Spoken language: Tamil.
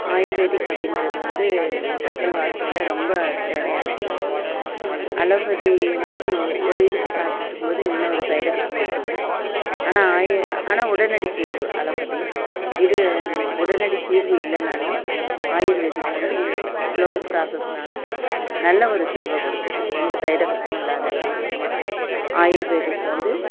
ஆயுர்வேதிக் அப்படிங்கிறது வந்து மக்கள் வாழ்க்கையில் ரொம்ப தேவையானது அலோபதி வந்து ஒரு இதுக்கு சாப்பிட்டுட்ருக்கும் போது இன்னொரு சைட் எஃபெக்ட் கொடுக்குது ஆனால் ஆயுர் ஆனால் உடனடி தீர்வு அலோபதி இது உடனடி தீர்வு இல்லைனாலும் ஆயுர்வேதிக் வந்து ஸ்லோவ் ப்ராசஸ்ன்னாலும் நல்ல ஒரு தீர்வை கொடுக்குது எந்த சைட் எஃபெக்ட்டும் இல்லாத தீர்வு ஆயுர்வேதிக் வந்து